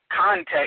contact